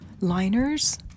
liners